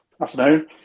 Afternoon